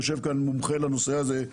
יושב כאן מומחה לנושא הזה,